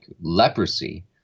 leprosy